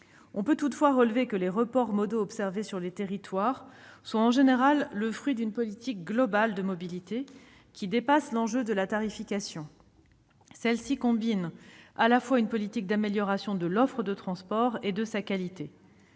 On peut toutefois relever que les reports modaux observés dans les territoires sont en général le fruit d'une politique globale de mobilité qui dépasse le seul enjeu de la tarification. Celle-ci combine une politique visant à améliorer l'offre de transport et une politique